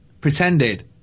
pretended